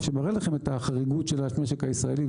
שמראה לכם את החריגות של המשק הישראלי,